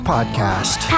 Podcast